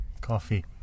Coffee